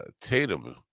Tatum